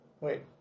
Wait